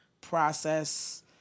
process